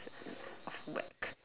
off